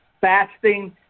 fasting